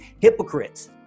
hypocrites